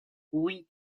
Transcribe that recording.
oui